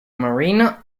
marina